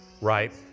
Right